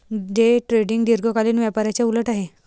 day trading दीर्घकालीन व्यापाराच्या उलट आहे